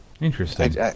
Interesting